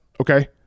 okay